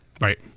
Right